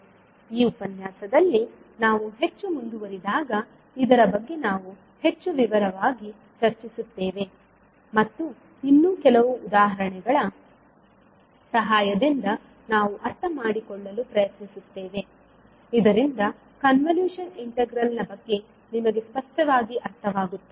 ಈ ಉಪನ್ಯಾಸದಲ್ಲಿ ನಾವು ಹೆಚ್ಚು ಮುಂದುವರಿದಾಗ ಇದರ ಬಗ್ಗೆ ನಾವು ಹೆಚ್ಚು ವಿವರವಾಗಿ ಚರ್ಚಿಸುತ್ತೇವೆ ಮತ್ತು ಇನ್ನೂ ಕೆಲವು ಉದಾಹರಣೆಗಳ ಸಹಾಯದಿಂದ ನಾವು ಅರ್ಥಮಾಡಿಕೊಳ್ಳಲು ಪ್ರಯತ್ನಿಸುತ್ತೇವೆ ಇದರಿಂದ ಕನ್ವಲೂಶನ್ ಇಂಟಿಗ್ರಲ್ನ ಬಗ್ಗೆ ನಿಮಗೆ ಸ್ಪಷ್ಟವಾಗಿ ಅರ್ಥವಾಗುತ್ತದೆ